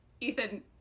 Ethan